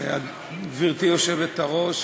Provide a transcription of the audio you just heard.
גברתי היושבת-ראש,